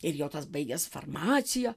ir jo tas baigęs farmaciją